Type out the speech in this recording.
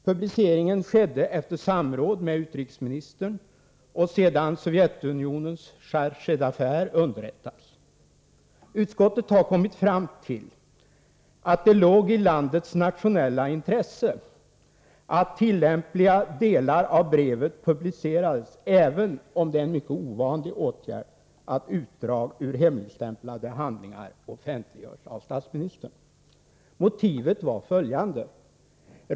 Publiceringen skedde efter samråd med utrikesministern och sedan Sovjetunionens chargé d'affaires underrättats. Utskottet har kommit fram till att det låg i landets nationella intresse att tillämpliga delar av brevet publicerades, även om det är en mycket ovanlig åtgärd att utdrag ur hemligstämplade handlingar offentliggörs av statsministern. Motivet var följande.